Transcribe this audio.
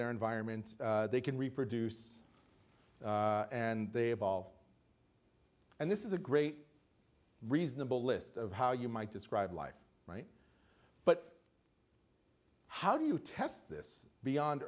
their environment they can reproduce and they evolve and this is a great reasonable list of how you might describe life right but how do you test this beyond